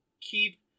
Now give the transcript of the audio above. keep